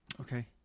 Okay